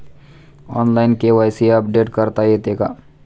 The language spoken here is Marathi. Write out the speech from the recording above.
ऑनलाइन के.वाय.सी अपडेट करता येते का?